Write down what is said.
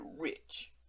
rich